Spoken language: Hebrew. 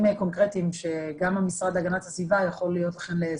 קונקרטיים שגם המשרד להגנת הסביבה יכול להיות לכם לעזר.